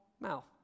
mouth